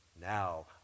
Now